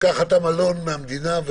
קח אתה מלון מהמדינה.